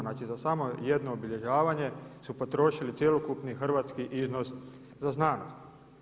Znači za samo jedno obilježavanje su potrošili cjelokupni hrvatski iznos za znanost.